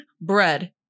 bread